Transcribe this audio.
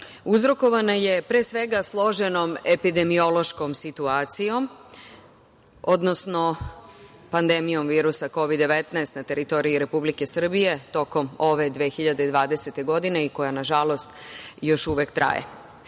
uzrokovana je pre svega složenom epidemiološkom situacijom, odnosno pandemijom virusa Kovid 19 na teritoriji Republike Srbije tokom ove 2020. godine i koja nažalost još uvek traje. To